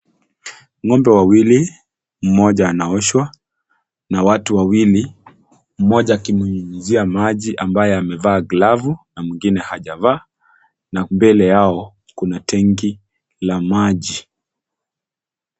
Ngombe wawili, mmoja anaoshwa na watu wawili mmoja akimnyunyizia maji ambaye amevaa glavu na mwingine hajavaa. Na mbele yao kuna tenki la maji.